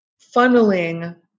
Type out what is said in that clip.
funneling